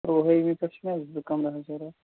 تُرٛوہٲیمہِ پٮ۪ٹھ چھِ مےٚ زٕ کَمرٕ حظ ضوٚرَتھ